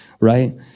right